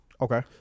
Okay